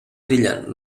brillant